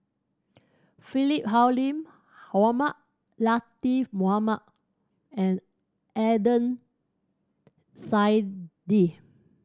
Philip Hoalim Mohamed Latiff Mohamed and Adnan Saidi